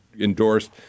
endorsed